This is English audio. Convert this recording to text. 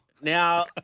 Now